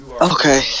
Okay